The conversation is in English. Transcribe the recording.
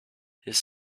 his